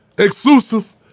exclusive